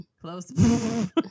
Close